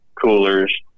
coolers